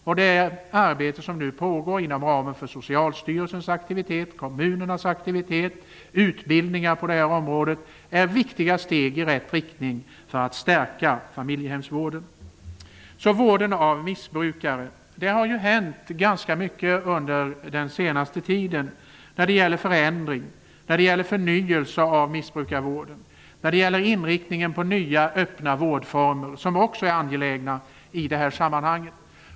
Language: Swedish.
Det är ett arbete som nu pågår inom ramen för Socialstyrelsens aktivitet och kommunernas aktivitet. Utbildning på det här området är ett viktigt steg i rätt riktning för att stärka familjehemsvården. När det gäller vården av missbrukare har det hänt ganska mycket under den senaste tiden, med förändring och förnyelse, med inriktning på nya, öppna vårdformer, som också är angelägna i det här sammanhanget.